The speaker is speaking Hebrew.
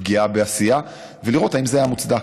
ופגיעה בעשייה, לראות אם זה היה מוצדק.